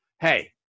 Hey